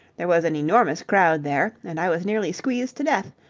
there was an enormous crowd there, and i was nearly squeezed to death,